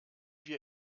wir